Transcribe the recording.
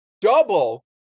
double